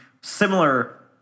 similar